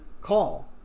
call